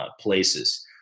places